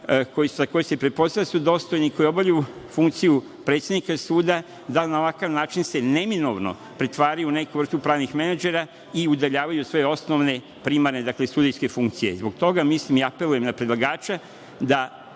koje se pretpostavlja da su dostojni, koji obavljaju funkciju predsednika suda, da li na ovakav način se, neminovno, pretvaraju u neku vrstu pravnih menadžera i udaljavaju od svoje osnovne primarne, sudijske funkcije. Zbog toga mislim i apelujem na predlagače da,